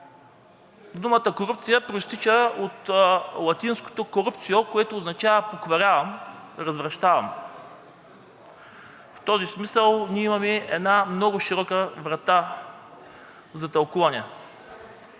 Думата корупция произтича от латинското corruptio, което означава покварявам, развращавам. В този смисъл ние имаме една много широка врата за тълкуване.